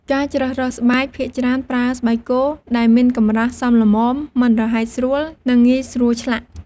ការជ្រើសរើសស្បែក ភាគច្រើនប្រើ ស្បែកគោ ដែលមានកម្រាស់សមល្មម មិនរហែកស្រួល និងងាយស្រួលឆ្លាក់។